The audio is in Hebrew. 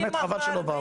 חבל שלא באו.